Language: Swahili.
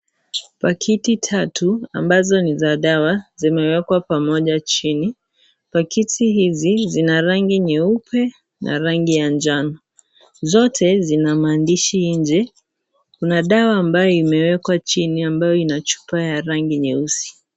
Pakiti tatu ambazo ni za dawa zimewekwa pamoja chini ,pakiti hizi zina rangi nyeupe na rangi ya njano zote zina maandishi nje. Kuna dawa ambayo imewekwa chini ambayo ina chupa ya rangi nyeusi.